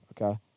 Okay